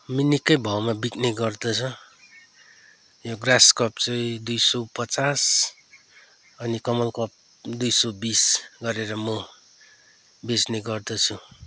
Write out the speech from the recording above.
मि निक्कै भावमा बिक्ने गर्दछ यो ग्रासकप चाहिँ दुई सय पचास अनि कमल कप दुई सय बिस गरेर म बेच्ने गर्दछु